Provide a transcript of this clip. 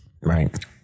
right